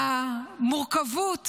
המורכבות